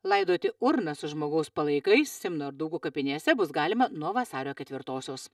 laidoti urną su žmogaus palaikais simno ir daugų kapinėse bus galima nuo vasario ketvirtosios